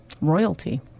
royalty